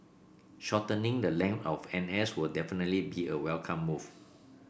shortening the length of N S will definitely be a welcome move